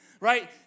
right